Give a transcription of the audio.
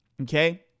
okay